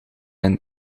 een